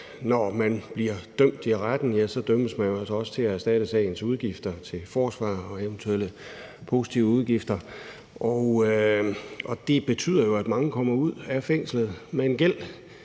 når man bliver dømt i retten, så dømmes man altså også til at erstatte sagens udgifter til forsvar og eventuelle positive udgifter. Og det betyder jo, at mange kommer ud af fængslet med en gæld,